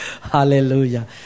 Hallelujah